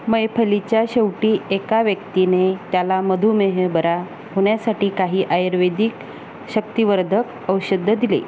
मैफलीच्या शेवटी एका व्यक्तीने त्याला मधुमेह बरा होण्यासाठी काही आयुर्वेदिक शक्तिवर्धक औषधं दिले